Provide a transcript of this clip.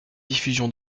diffusion